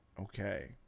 okay